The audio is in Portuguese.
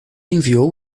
enviou